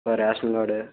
அப்புறம் ration card